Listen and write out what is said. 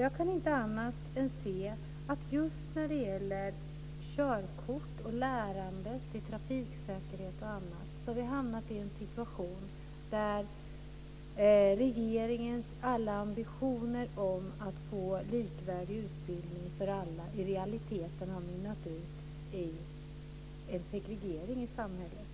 Jag kan inte annat än se att just när det gäller körkort och lärande om trafiksäkerhet har vi hamnat i en situation där regeringens ambitioner att erbjuda likvärdig utbildning för alla i realiteten har mynnat ut i en segregering i samhället.